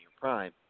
prime